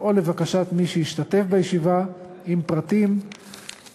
או לבקשת מי שהשתתף בישיבה אם פרסום